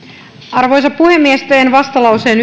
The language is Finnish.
arvoisa puhemies teen vastalauseen